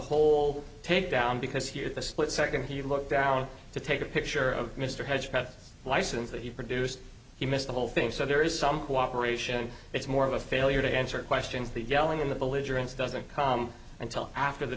whole takedown because here at the split second he looked down to take a picture of mr hedgepeth license that he produced he missed the whole thing so there is some cooperation it's more of a failure to answer questions the yelling in the belligerence doesn't come until after the